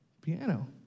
Piano